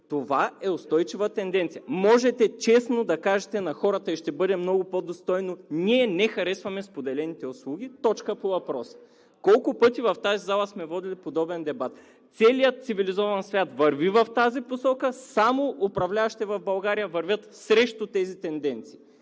Това е устойчива тенденция. Можете честно да кажете на хората и ще бъде много по-достойно: ние не харесваме споделените услуги. Точка по въпроса! Колко пъти в тази зала сме водили подобен дебат? Целият цивилизован свят върви в тази посока, а само управляващите в България вървят срещу тези тенденции.